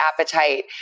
appetite